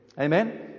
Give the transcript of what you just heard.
Amen